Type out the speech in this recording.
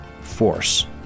Force